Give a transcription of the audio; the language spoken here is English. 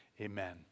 Amen